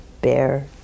Bear